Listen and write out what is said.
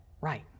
right